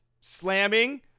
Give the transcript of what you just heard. Slamming